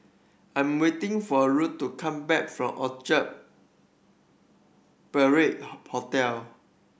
I'm waiting for Ruth to come back from Orchard Parade Ho Hotel